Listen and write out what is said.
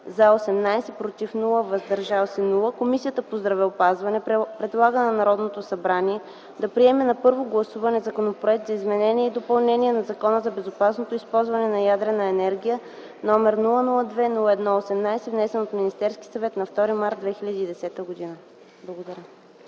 без „против” и „въздържали се”, Комисията по здравеопазването предлага на Народното събрание да приеме на първо гласуване Законопроект за изменение и допълнение на Закона за безопасно използване на ядрената енергия № 002-01-18, внесен от Министерския съвет на 2 март 2010 г.” Благодаря.